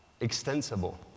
extensible